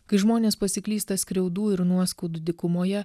kai žmonės pasiklysta skriaudų ir nuoskaudų dykumoje